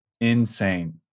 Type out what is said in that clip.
insane